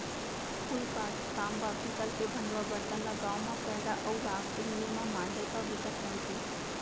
फूलकास, तांबा, पीतल के भंड़वा बरतन ल गांव म पैरा अउ राख इमली म मांजय तौ बिकट चमकय